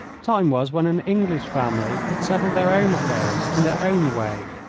time was when an english family could settle their own affairs in their own way.